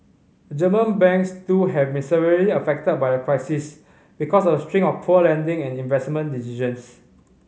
German banks too have been severely affected by the crisis because of a string of poor lending and investment decisions